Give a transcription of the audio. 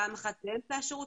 פעם אחת באמצע השירות,